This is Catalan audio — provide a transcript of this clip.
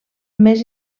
més